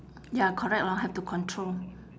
ya correct lor have to control